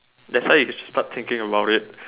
that's why you should start thinking about it